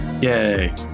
Yay